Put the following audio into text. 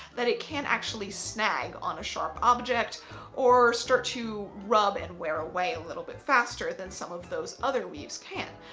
that it can actually snag on a sharp object or start to rub and wear away a little bit faster than some of those other weaves can.